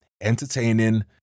entertaining